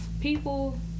people